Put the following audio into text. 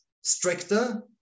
stricter